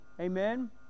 amen